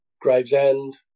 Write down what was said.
Gravesend